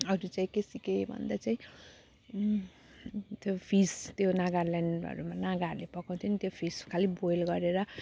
अरू चाहिँ के सिकेँ भन्दा चाहिँ त्यो फिस त्यो नागाल्यान्डहरूमा नागाहरूले त्यो पकाउँथ्यो नि फिस खालि बोइल गरेर